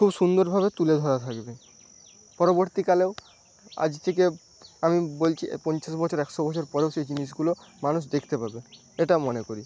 খুব সুন্দরভাবে তুলে ধরা থাকবে পরবর্তীকালেও আজ থেকে আমি বলছি পঞ্চাশ বছর একশো বছর পরেও সেই জিনিসগুলো মানুষ দেখতে পাবে এটা মনে করি